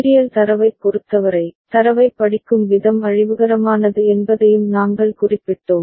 serial தரவைப் பொறுத்தவரை தரவைப் படிக்கும் விதம் அழிவுகரமானது என்பதையும் நாங்கள் குறிப்பிட்டோம்